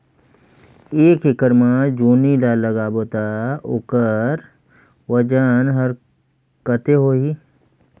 एक एकड़ मा जोणी ला लगाबो ता ओकर वजन हर कते होही?